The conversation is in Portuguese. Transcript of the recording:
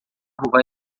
vai